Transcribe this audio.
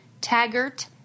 taggart